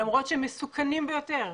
למרות שהם מסוכנים ביותר.